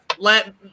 Let